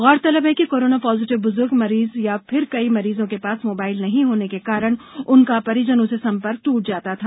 गौरतलब है कि कोरोना पॉजिटिव बुजुर्ग मरीज या फिर कई मरीजों के पास मोबाईल नहीं होने के कारण उनका परिजनों से संपर्क टूट जाता था